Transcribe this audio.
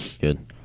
good